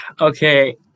Okay